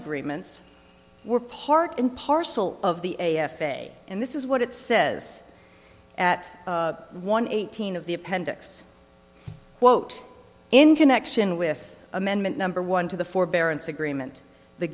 agreements were part and parcel of the f a a and this is what it says at one eighteen of the appendix wote in connection with amendment number one to the forbearance agreement the